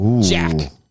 Jack